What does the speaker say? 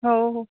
हो हो